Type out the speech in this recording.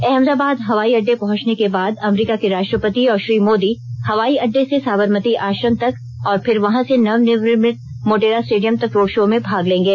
अहमदाबाद हवाई अड्डे पहंचने के बाद अमरीका के राष्ट्रपति और श्री मोदी हवाई अड्डे से साबरमती आश्रम तक और फिर वहां से नव निर्मित मोटेरा स्टेडियम तक रोड शो में भाग लेंगे